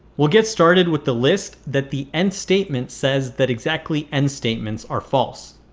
we'll get started with the list that the nth statement says that exactly n statements are false.